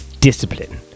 discipline